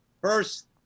First